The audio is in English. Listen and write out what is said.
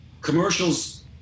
Commercials